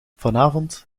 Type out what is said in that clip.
vanavond